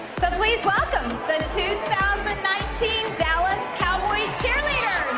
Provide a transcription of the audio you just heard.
so please welcome the two thousand and nineteen dallas cowboys cheerleaders!